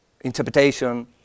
interpretation